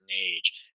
age